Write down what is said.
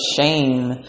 shame